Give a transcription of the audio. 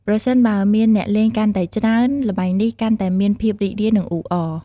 ប្រសិនបើមានអ្នកលេងកាន់តែច្រើន ល្បែងនេះកាន់តែមានភាពរីករាយ និងអ៊ូអរ។